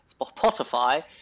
Spotify